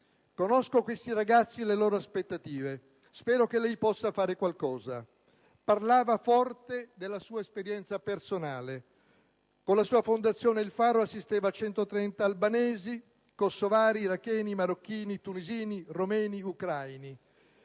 Conosco questi ragazzi e le loro aspettative, spero che lei possa fare qualcosa». Parlava forte della sua esperienza personale. Con la sua Fondazione Il Faro assisteva 130 albanesi, kosovari, iracheni, marocchini, tunisini, romeni, ucraini,